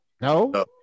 No